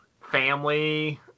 family